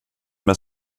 med